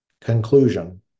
Conclusion